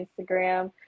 Instagram